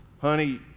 honey